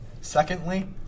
Secondly